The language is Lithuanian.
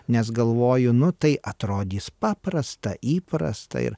nes galvoju nu tai atrodys paprasta įprasta ir